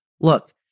Look